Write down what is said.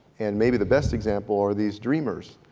and maybe the best example are these dreamers,